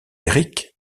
erik